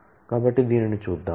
కాబట్టి దీనిని చూద్దాం